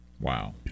Wow